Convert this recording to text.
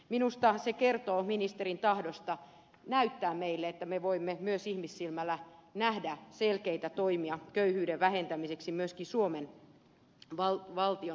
minusta se kertoo ministerin tahdosta näyttää meille että me voimme myös ihmissilmällä nähdä selkeitä toimia köyhyyden vähentämiseksi myöskin suomen valtion linjassa